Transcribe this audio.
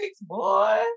boy